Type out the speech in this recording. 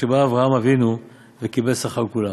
עד שבא אברהם אבינו וקיבל שכר כולם."